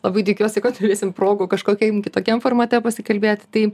labai tikiuosi kad turėsim progų kažkokiam kitokiam formate pasikalbėti tai